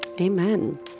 Amen